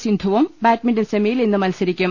സിന്ധുവും ബാഡ്മിന്റൺ സെമിയിൽ ഇന്ന് മത്സരിക്കും